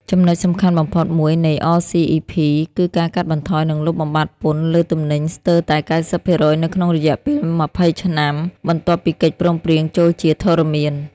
ចំណុចសំខាន់បំផុតមួយនៃ អ សុី អុី ភី (RCEP) គឺការកាត់បន្ថយ និងលុបបំបាត់ពន្ធលើទំនិញស្ទើរតែ ៩០% នៅក្នុងរយៈពេល ២០ ឆ្នាំបន្ទាប់ពីកិច្ចព្រមព្រៀងចូលជាធរមាន។